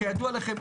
כידוע לכם,